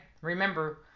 Remember